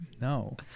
No